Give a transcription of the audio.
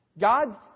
God